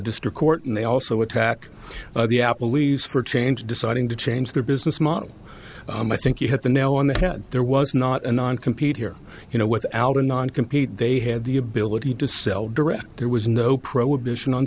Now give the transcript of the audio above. district court and they also attack the apple e's for change deciding to change their business model i think you hit the nail on the head there was not an on compete here you know what algernon compete they had the ability to sell direct there was no prohibition on